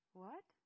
What